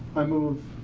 i move,